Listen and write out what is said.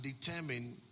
determine